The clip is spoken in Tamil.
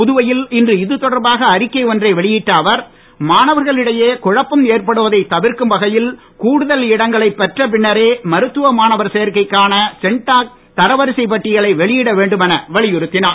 புதுவையில் அவர் இன்று இதுதொடர்பாக அறிக்கை ஒன்றை வெளியட்ட அவர் மாணவர்கள் இடையே குழப்பம் ஏற்படுவதைத் தவிர்க்கும் வகையில் கூடுதல் இடங்களைப் பெற்ற பின்னரே மருத்துவ மாணவர் சேர்க்கைக்கான சென்டாக் தர வரிசைப் பட்டியலை வெளியிட வேண்டுமென வலியுறுத்தினார்